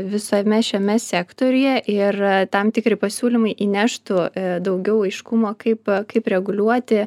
visame šiame sektoriuje ir tam tikri pasiūlymai įneštų daugiau aiškumo kaip kaip reguliuoti